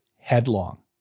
headlong